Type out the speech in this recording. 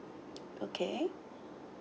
okay